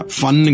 fun